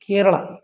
Kerala